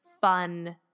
fun